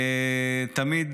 תמיד